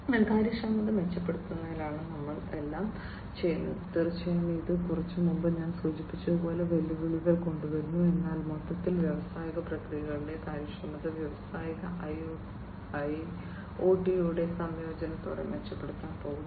അതിനാൽ കാര്യക്ഷമത മെച്ചപ്പെടുത്തുന്നതിനാണ് ഞങ്ങൾ എല്ലാം ചെയ്യുന്നത് തീർച്ചയായും ഇത് കുറച്ച് മുമ്പ് ഞാൻ സൂചിപ്പിച്ചതുപോലെയുള്ള വെല്ലുവിളികൾ കൊണ്ടുവരുന്നു എന്നാൽ മൊത്തത്തിൽ വ്യാവസായിക പ്രക്രിയകളിലെ കാര്യക്ഷമത വ്യാവസായിക ഐഒടിയുടെ സംയോജനത്തോടെ മെച്ചപ്പെടുത്താൻ പോകുന്നു